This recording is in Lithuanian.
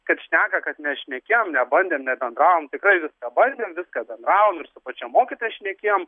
kad šneka kad nešnekėjom nebandėm nebendravom tikrai viską bandėm viską bendravom ir su pačia mokytoja šnekėjom